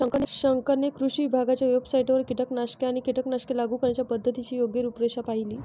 शंकरने कृषी विभागाच्या वेबसाइटवरून कीटकनाशके आणि कीटकनाशके लागू करण्याच्या पद्धतीची योग्य रूपरेषा पाहिली